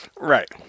Right